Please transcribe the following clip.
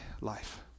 life